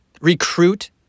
recruit